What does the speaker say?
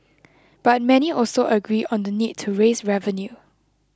but many also agree on the need to raise revenue